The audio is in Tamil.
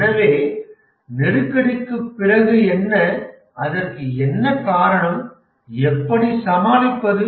எனவே நெருக்கடிக்குப் பிறகு என்ன அதற்கு என்ன காரணம் எப்படி சமாளிப்பது